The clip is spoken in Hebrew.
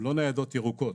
הן לא ניידות ירוקות.